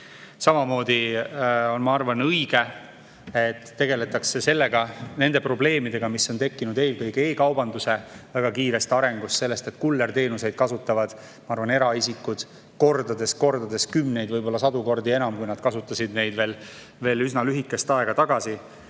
Samamoodi, ma arvan, on õige, et tegeletakse nende probleemidega, mis on tekkinud eelkõige e‑kaubanduse väga kiire arengu tõttu, seetõttu, et kullerteenuseid kasutavad eraisikud kordades, kümneid või sadu kordi enam, kui nad kasutasid neid veel üsna lühikest aega tagasi.